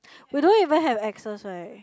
we don't even have axes right